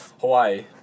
Hawaii